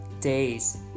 days